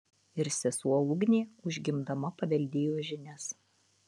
ir sesuo ugnė užgimdama paveldėjo žinias